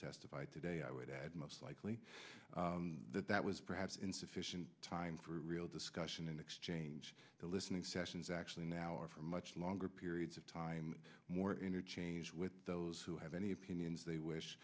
testify today i would add most likely that that was perhaps insufficient time for real discussion and exchange the listening sessions actually now are for much longer periods of time more interchange with those who have any opinions they wish